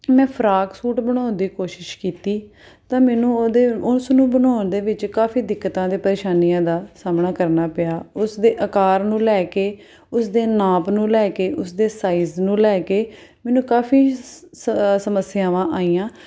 ਮੈਂ frock suit ਬਣਾਉਣ ਦੀ ਕੋਸ਼ਿਸ਼ ਕੀਤੀ ਤਾਂ ਮੈਨੂੰ ਉਹਦੇ ਉਸ ਨੂੰ ਬਣਾਉਣ ਦੇ ਵਿੱਚ ਕਾਫੀ ਦਿੱਕਤਾਂ ਅਤੇ ਪ੍ਰੇਸ਼ਾਨੀਆਂ ਦਾ ਸਾਹਮਣਾ ਕਰਨਾ ਪਿਆ ਉਸ ਦੇ ਆਕਾਰ ਨੂੰ ਲੈ ਕੇ ਉਸ ਦੇ ਨਾਪ ਨੂੰ ਲੈ ਕੇ ਉਸ ਦੇ ਸਾਈਜ਼ ਨੂੰ ਲੈ ਕੇ ਮੈਨੂੰ ਕਾਫੀ ਸ ਸਮੱਸਿਆਵਾਂ ਆਈਆਂ